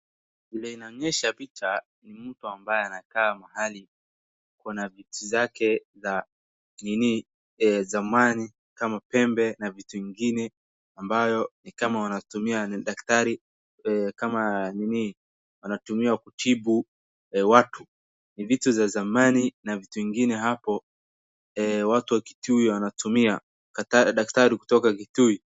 Vile inaonyesha picha ni mtu ambaye anakaa mahali na vitu zake za zamani kama pembe na vitu ingine ambayo ni kama anatumia daktari, kama anatumia kutibu watu. Ni vitu za zamani na vitu ingine hapo, watu wakitibiwa anatumia, daktari kutoka Kitui.